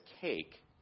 cake